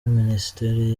minisiteri